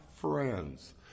friends